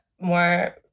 more